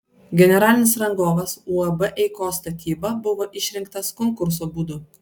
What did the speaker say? generalinis rangovas uab eikos statyba buvo išrinktas konkurso būdu